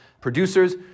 producers